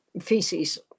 feces